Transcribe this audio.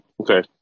Okay